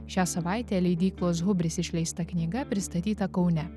šią savaitę leidyklos hubris išleista knyga pristatyta kaune